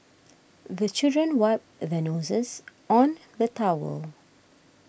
the children wipe their noses on the towel